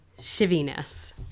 shiviness